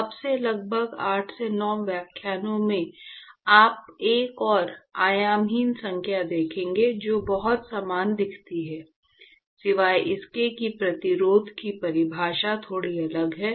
अब से लगभग 8 से 9 व्याख्यानों में आप एक और आयामहीन संख्या देखेंगे जो बहुत समान दिखती है सिवाय इसके कि प्रतिरोध की परिभाषा थोड़ी अलग है